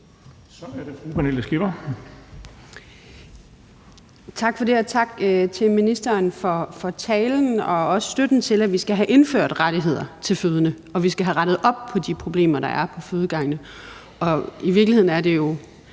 Tak for det, og tak til ministeren for talen og også for støtten til, at vi skal have indført rettigheder til fødende, og at vi skal have rettet op på de problemer, der er på fødegangene. I virkeligheden er det jo